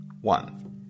one